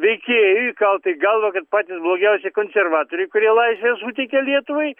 veikėjų įkalta į galvą kad patys blogiausi konservatoriai kurie laisvę suteikė lietuvai